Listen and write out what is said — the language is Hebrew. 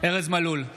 ארז מלול,